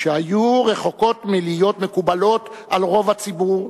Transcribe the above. שהיו רחוקות מלהיות מקובלות על רוב הציבור,